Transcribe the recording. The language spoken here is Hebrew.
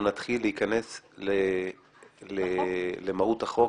נתחיל להיכנס למהות החוק,